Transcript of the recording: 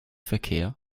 verkehr